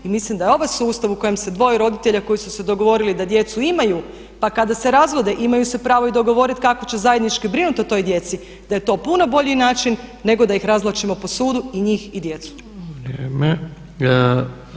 I mislim da je ovaj sustav u kojem se dvoje roditelja koji su se dogovorili da djecu imaju, pa kada se razvode imaju se pravo i dogovoriti kako će zajednički brinuti o toj djeci, da je to puno bolji način nego da ih razvlačimo po sudu i njih i djecu.